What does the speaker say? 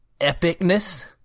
epicness